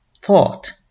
thought